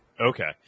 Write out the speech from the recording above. Okay